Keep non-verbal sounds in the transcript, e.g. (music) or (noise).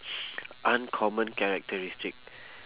(noise) uncommon characteristic